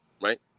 right